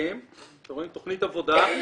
אתם רואים, תכנית עבודה,